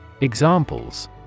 Examples